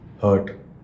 hurt